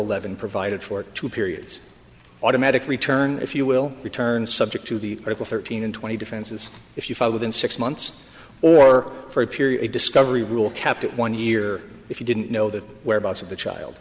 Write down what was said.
levin provided for two periods automatic return if you will return subject to the article thirteen and twenty defenses if you file within six months or for a period discovery rule kept at one year if you didn't know that whereabouts of the child